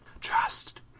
Trust